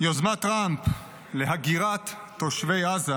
יוזמת טראמפ להגירת תושבי עזה